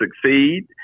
succeed